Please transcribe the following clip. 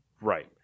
right